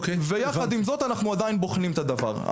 ויחד עם זאת אנחנו עדיין בוחנים את הדבר,